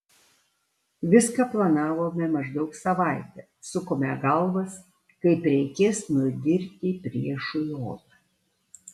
viską planavome maždaug savaitę sukome galvas kaip reikės nudirti priešui odą